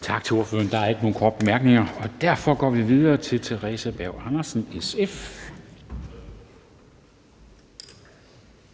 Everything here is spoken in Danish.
Kl. 13:51 Formanden (Henrik Dam Kristensen): Tak til ordføreren. Der er ikke nogen korte bemærkninger, og derfor går vi videre til Theresa Berg Andersen, SF.